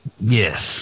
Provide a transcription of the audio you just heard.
Yes